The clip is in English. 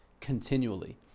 continually